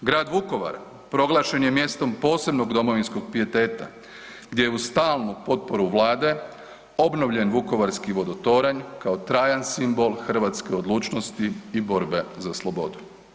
Grad Vukovar proglašen je mjestom posebnog domovinskog pijeteta gdje uz stalnu potporu Vlade obnovljen vukovarski Vodotoranj kao trajan simbol hrvatske odlučnosti i borbe za slobodu.